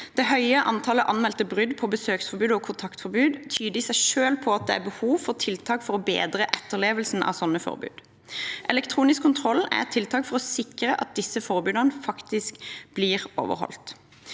Det høye antallet anmeldte brudd på besøksforbud og kontaktforbud tyder i seg selv på at det er behov for tiltak for å bedre etterlevelsen av slike forbud. Elektronisk kontroll er et tiltak for å sikre at disse forbudene faktisk blir overholdt.